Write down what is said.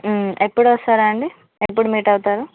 ఎపుడు వస్తారు అండి ఎపుడు మీట్ అవుతారు